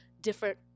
different